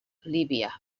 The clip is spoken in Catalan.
líbia